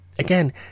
Again